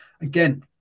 again